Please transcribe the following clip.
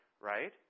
right